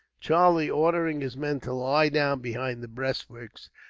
charlie ordering his men to lie down behind the breastworks,